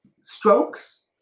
strokes